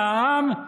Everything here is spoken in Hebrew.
מהעם,